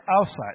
outside